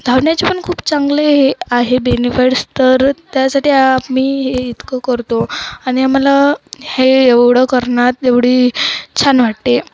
धावण्याचे पण खूप चांगले हे आहे बेनिफिट्स तर त्यासाठी आम्ही हे इतकं करतो आणि आम्हाला हे एवढं करण्यात एवढी छान वाटते